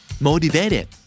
Motivated